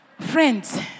Friends